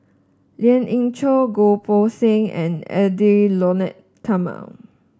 Lien Ying Chow Goh Poh Seng and Edwy Lyonet Talma